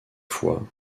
foi